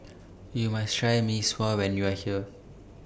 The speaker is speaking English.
YOU must Try Mee Sua when YOU Are here